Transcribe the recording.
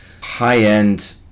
high-end